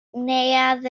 neuadd